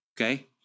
Okay